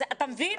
אתה מבין?